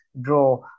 draw